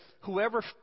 whoever